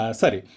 sorry